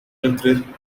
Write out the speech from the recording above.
mildrid